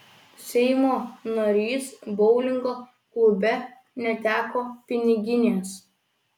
seimo narys boulingo klube neteko piniginės